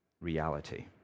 reality